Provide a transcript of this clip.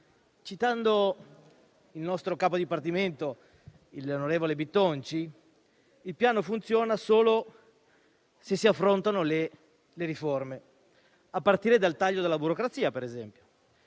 citando il nostro capo dipartimento, l'onorevole Bitonci, il Piano funziona solo se si affrontano le riforme, a partire dal taglio della burocrazia, per esempio.